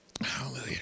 Hallelujah